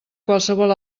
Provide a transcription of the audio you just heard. qualsevol